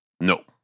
No